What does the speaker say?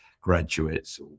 graduates